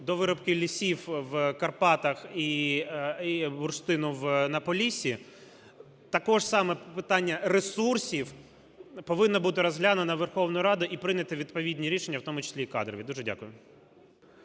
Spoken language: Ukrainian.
до вирубки лісів в Карпатах і бурштину на Поліссі, також само питання ресурсів повинно бути розглянений Верховною Радою і прийняті відповідні рішення, в тому числі і кадрові. Дуже дякую.